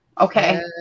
okay